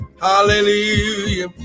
Hallelujah